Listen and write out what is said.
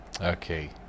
Okay